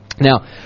Now